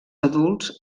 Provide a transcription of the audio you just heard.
adults